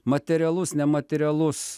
materialus nematerialus